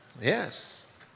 Yes